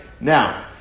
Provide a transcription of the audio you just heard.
Now